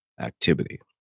activity